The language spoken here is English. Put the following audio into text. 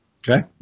Okay